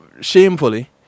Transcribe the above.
shamefully